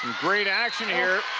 great action here.